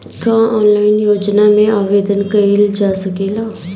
का ऑनलाइन योजना में आवेदन कईल जा सकेला?